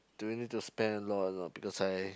do we need to spend a lot or not because I